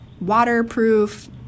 waterproof